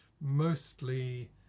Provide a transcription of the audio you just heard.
mostly